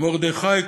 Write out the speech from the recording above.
מרדכי קוהל,